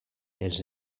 els